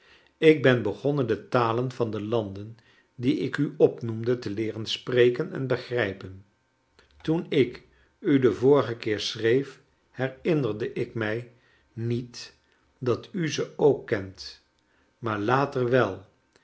ik ben begonnen de talen van de landen die ik u opnoemde te leeren spreken en begrijpen toen ik u den vorigen keer schreef herinnerde ik mij niet dat u ze ook kent maar later wel